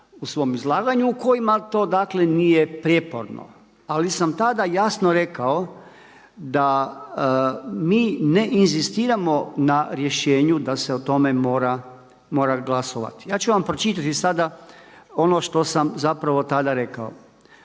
u svom izlaganju kojima to dakle nije prijeporno. Ali sam tada jasno rekao da mi ne inzistiramo na rješenju da se o tome mora glasovati. Ja ću vam pročitati sada ono što sam zapravo tada rekao.